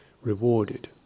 rewarded